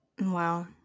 Wow